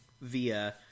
via